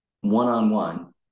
one-on-one